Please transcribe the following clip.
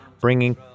bringing